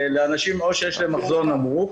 אלה אנשים או שיש להם מחזור נמוך,